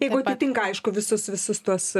jeigu tinka aišku visus visus tuos